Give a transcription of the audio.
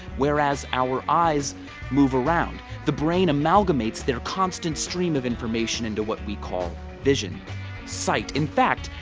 whereas our eyes move around. the brain amalgamates their constant stream of information into what we call vision sight. in fact,